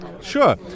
Sure